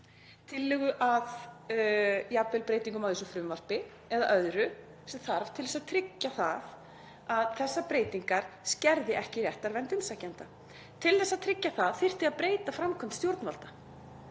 tillögu að breytingum á þessu frumvarpi eða öðru sem þarf til að tryggja að þessar breytingar skerði ekki réttarvernd umsækjenda. Til að tryggja það þyrfti að breyta framkvæmd stjórnvalda.